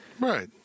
Right